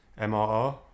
MRR